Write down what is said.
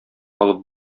алып